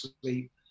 sleep